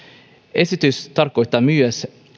esitys tarkoittaa myös